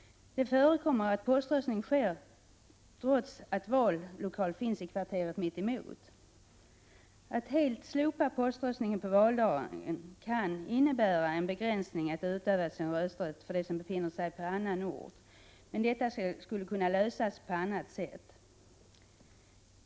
Det förekommer att poströstning sker trots att vallokal finns i kvarteret mitt emot. Att helt slopa poströstningen på valdagen kan innebära en begränsning att utöva sin rösträtt för dem som befinner sig på annan ort. Detta skulle emellertid kunna lösas på annat sätt.